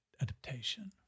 adaptation